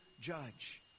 judge